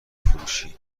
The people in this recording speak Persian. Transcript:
فروشی